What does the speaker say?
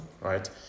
right